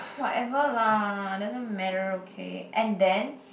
whatever lah doesn't matter okay and then